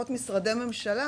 לפחות משרדי הממשלה,